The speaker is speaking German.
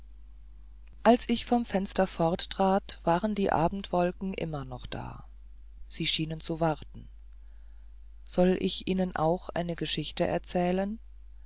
als ich vom fenster forttrat waren die abendwolken immer noch da sie schienen zu warten soll ich ihnen auch eine geschichte erzählen